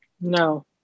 No